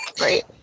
right